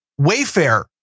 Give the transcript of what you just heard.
Wayfair